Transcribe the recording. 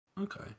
Okay